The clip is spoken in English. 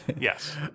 Yes